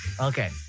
Okay